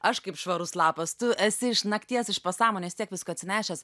aš kaip švarus lapas tu esi iš nakties iš pasąmonės tiek visko atsinešęs